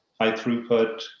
high-throughput